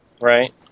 Right